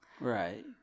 Right